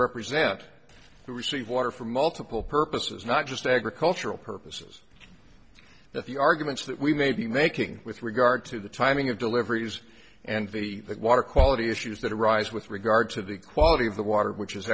represent who receive water for multiple purposes not just agricultural purposes but the arguments that we may be making with regard to the timing of deliveries and the water quality issues that arise with regard to the quality of the water which is